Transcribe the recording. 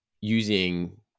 using-